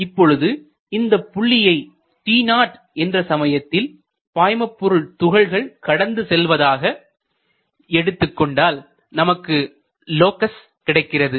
இப்பொழுது இந்தப் புள்ளியை t0 என்ற நேரத்தில் பாய்ம பொருள் துகள்கள் கடந்து செல்வதாக எடுத்துகொண்டால் நமக்கு லோக்கஸ் கிடைக்கிறது